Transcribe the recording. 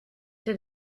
tes